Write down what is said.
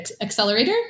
accelerator